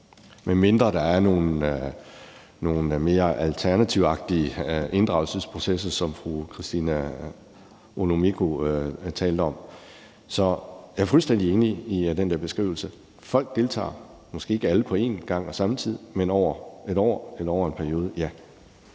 medmindre der er nogle mere alternative inddragelsesprocesser, som fru Christina Olumeko talte om. Så jeg er fuldstændig enig i den der beskrivelse. Folk deltager, måske ikke alle på en gang og samtidig, men over et år eller over en periode. Ja.